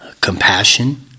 compassion